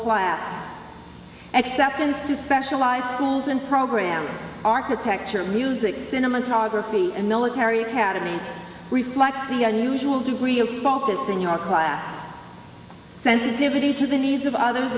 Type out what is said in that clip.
class acceptance to specialize schools and programs architecture music cinematography and military academies reflects the unusual degree of focus in your class sensitivity to the needs of others